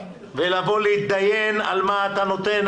ולבוא להתדיין על מה אתה נותן,